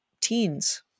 teens